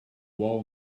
wall